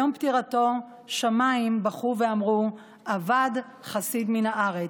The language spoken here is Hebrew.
ביום פטירתו שמיים בכו ואמרו: אבד חסיד מן הארץ.